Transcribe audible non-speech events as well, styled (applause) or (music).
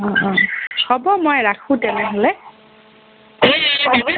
অঁ অঁ হ'ব মই ৰাখোঁ তেনেহ'লে হ'ব (unintelligible)